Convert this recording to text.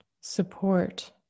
support